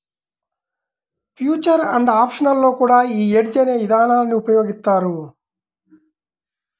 future and options లో కూడా యీ హెడ్జ్ అనే ఇదానాన్ని ఉపయోగిత్తారు